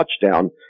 touchdown